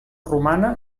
romana